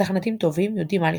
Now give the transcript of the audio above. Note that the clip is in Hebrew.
מתכנתים טובים יודעים מה לכתוב.